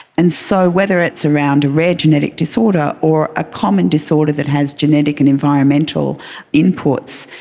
and so whether it's around a rare genetic disorder or a common disorder that has genetic and environmental inputs,